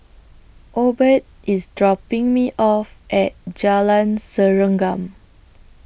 Obed IS dropping Me off At Jalan Serengam